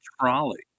trolley